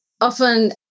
often